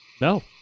No